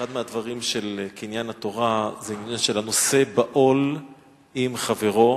שאחד מהדברים של קניין התורה זה העניין של "הנושא בעול עם חברו".